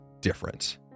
different